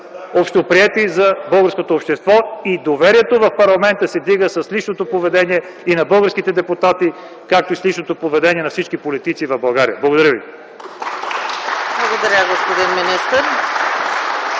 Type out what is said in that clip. общоприети за българското общество. Доверието в парламента се вдига с личното поведение на българските депутати, както и с личното поведение на всички политици в България. Благодаря ви.